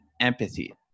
empathy